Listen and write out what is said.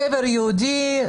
הגבר יהודי,